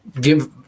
give